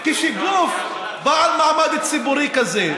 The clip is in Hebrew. כשגוף בעל מעמד ציבורי כזה,